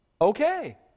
Okay